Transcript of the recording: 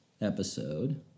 episode